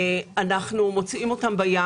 אנחנו מוצאים אותם בים.